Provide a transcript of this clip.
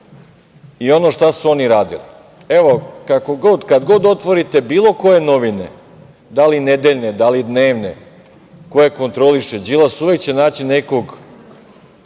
i ono šta su oni radili. Evo, kako god, kad god otvorite bilo koje novine, da li nedeljne, da li dnevne, koje kontroliše Đilas, uvek će naći nekog